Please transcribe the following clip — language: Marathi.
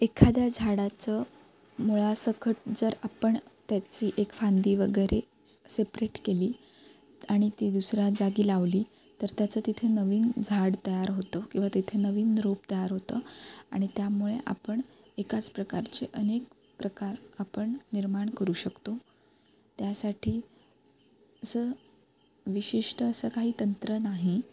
एखाद्या झाडाचं मुळासकट जर आपण त्याची एक फांदी वगैरे सेपरेट केली आणि ती दुसऱ्या जागी लावली तर त्याचं तिथे नवीन झाड तयार होतं किंवा तिथे नवीन रोप तयार होतं आणि त्यामुळे आपण एकाच प्रकारचे अनेक प्रकार आपण निर्माण करू शकतो त्यासाठी असं विशिष्ट असं काही तंत्र नाही